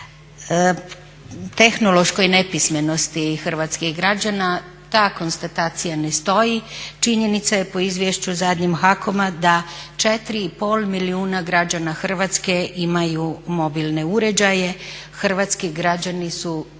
tehnološkoj nepismenosti hrvatskih građana ta konstatacija ne stoji. Činjenica je po izvješću zadnjem HAKOM-a da 4,5 milijuna građana Hrvatske imaju mobilne uređaje. Hrvatski građani su